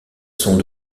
sont